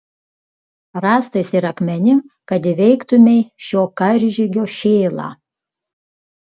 rąstais ir akmenim kad įveiktumei šio karžygio šėlą